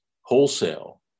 wholesale